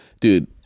dude